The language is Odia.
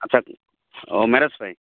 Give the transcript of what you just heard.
ଆଚ୍ଛା ଓ ମ୍ୟାରେଜ୍ ପାଇଁ